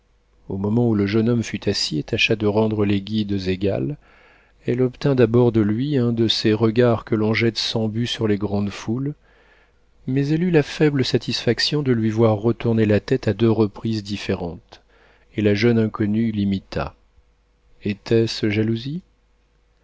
au moment où le jeune homme fut assis et tâcha de rendre les guides égales elle obtint d'abord de lui un de ces regards que l'on jette sans but sur les grandes foules mais elle eut la faible satisfaction de lui voir retourner la tête à deux reprises différentes et la jeune inconnue l'imita était-ce jalousie